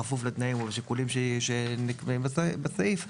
בכפוף לתנאים ולשיקולים שנקבעים בסעיף,